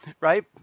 Right